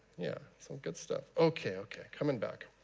yeah, some good stuff. ok ok coming back.